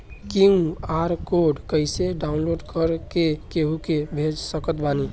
QR code कइसे download कर के केहु के भेज सकत बानी?